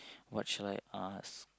what should I ask